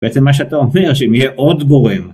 בעצם, מה שאתה אומר, שהם יהיה עוד גורם.